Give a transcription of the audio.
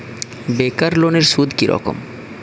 বেকার লোনের সুদ কি রকম?